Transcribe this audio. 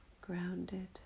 Grounded